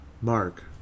Mark